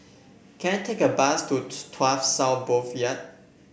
can I take a bus to Tuas South Boulevard